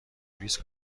نویس